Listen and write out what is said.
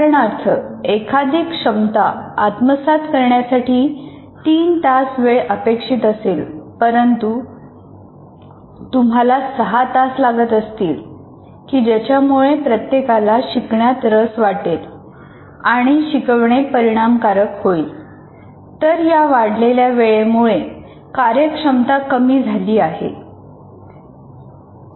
उदाहरणार्थ एखादी क्षमता आत्मसात करण्यासाठी तीन तास वेळ अपेक्षित असेल परंतु तुम्हाला सहा तास लागत असतील की ज्याच्यामुळे प्रत्येकाला शिकण्यात रस वाटेल आणि शिकवणे परिणाम कारक होईल तर या वाढलेल्या वेळेमुळे कार्यक्षमता कमी झाली आहे